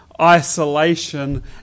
isolation